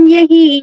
Yehi